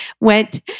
went